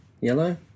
Yellow